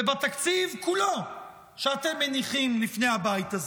ובתקציב כולו שאתם מניחים לפני הבית הזה.